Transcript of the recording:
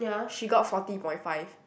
she got forty point five